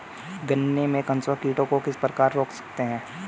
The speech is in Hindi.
गन्ने में कंसुआ कीटों को किस प्रकार रोक सकते हैं?